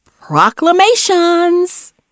proclamations